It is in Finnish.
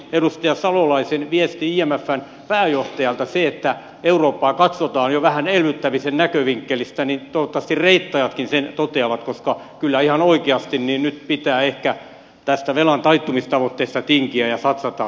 kun edustaja salolainen kertoi viestin imfn pääjohtajalta sen että eurooppaa katsotaan jo vähän elvyttämisen näkövinkkelistä niin toivottavasti reittaajatkin sen toteavat koska kyllä ihan oikeasti nyt pitää ehkä tästä velan taittumistavoitteesta tinkiä ja satsata talouden elvyttämiseen